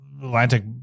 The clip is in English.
Atlantic